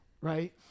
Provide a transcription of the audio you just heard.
right